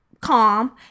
calm